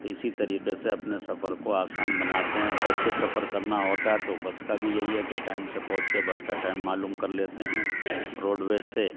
تو اسی طریقے سے اپنے سفر کو آسان بناتے ہیں بس سے سفر کرنا ہوتا ہے تو بس کا بھی یہی ہے کہ ٹائم سے پہنچ کے بس کا ٹائم معلوم کر لیتے ہیں روڈ ویز سے